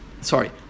Sorry